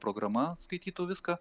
programa skaitytų viską